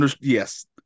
Yes